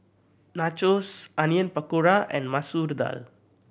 Nachos Onion Pakora and Masoor Dal